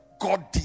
God